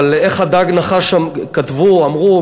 אבל איך "הדג נחש" כתבו או אמרו?